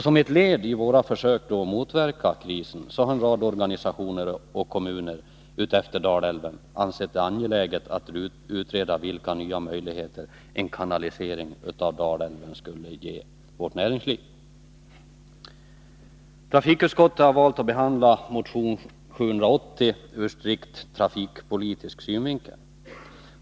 Som ett led i våra försök att motverka krisen har en rad organisationer och kommuner utefter Dalälven ansett det angeläget att utreda vilka nya möjligheter en kanalisering av Dalälven skulle ge näringslivet. Trafikutskottet har valt att behandla motion 780 ur strikt trafikpolitisk synvinkel.